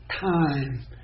time